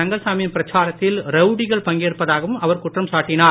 ரங்கசாமி யின் பிரச்சாரத்தில் ரௌடிகள் பங்கேற்பதாகவும் அவர் குற்றம் சாட்டினார்